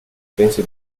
pensi